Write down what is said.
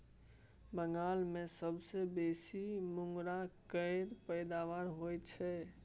बंगाल मे सबसँ बेसी मुरगा केर पैदाबार होई छै